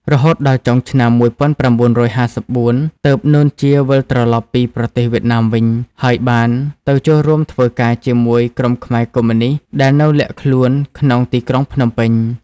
រហូតដល់ចុងឆ្នាំ១៩៥៤ ទើប នួន ជា វិលត្រឡប់ពីប្រទេសវៀតណាមវិញ ហើយបានទៅចូលរួមធ្វើការជាមួយក្រុមខ្មែរកុម្មុយនិស្ត ដែលនៅលាក់ខ្លួនក្នុងទីក្រុងភ្នំពេញ។